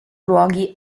luoghi